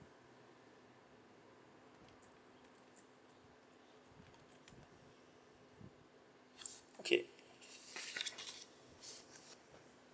okay